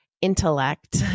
intellect